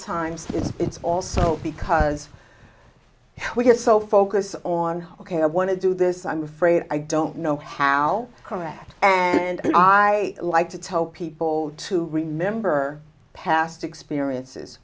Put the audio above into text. times it's also because when you're so focused on ok i want to do this i'm afraid i don't know how correct and i like to tell people to remember past experiences